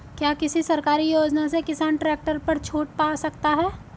क्या किसी सरकारी योजना से किसान ट्रैक्टर पर छूट पा सकता है?